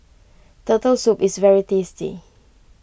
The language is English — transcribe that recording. Turtle Soup is very tasty